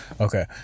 Okay